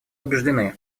убеждены